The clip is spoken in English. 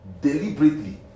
deliberately